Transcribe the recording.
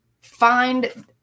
find